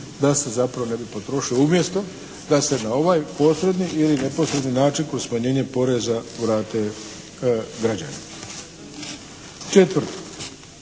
da se zapravo ne bi potrošili umjesto da se na ovaj posredni ili neposredni način kroz smanjenje poreza vrate građanima. Četvrto,